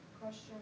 question